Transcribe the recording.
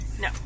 no